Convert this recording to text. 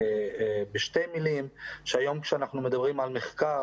היום כשאנחנו מדברים על מחקר,